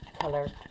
color